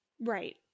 right